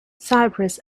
cyprus